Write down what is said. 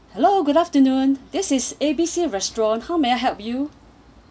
hello good afternoon this is A B C restaurant how may I help you